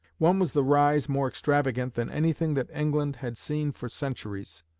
one was the rise, more extravagant than anything that england had seen for centuries,